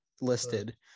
listed